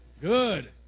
Good